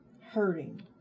hurting